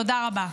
תודה רבה.